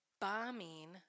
bombing